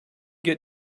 get